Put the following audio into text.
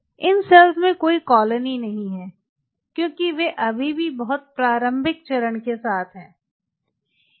इन cells में कोई colony नहीं है क्योंकि वे अभी भी बहुत प्रारंभिक चरण के साथ हैं